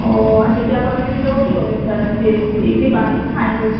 ओ आ जितिया पाबनि भी तऽ ओही होलै एक तरहसँ ई दिपा भाय दूज